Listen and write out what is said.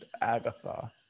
Agatha